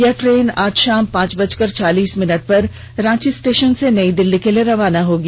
यही ट्रेन आज शाम पांच बजकर चालीस मिनट पर रांची स्टेशन से नई दिल्ली के लिए रवाना होगी